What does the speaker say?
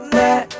let